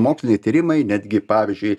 moksliniai tyrimai netgi pavyzdžiui